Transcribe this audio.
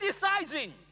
criticizing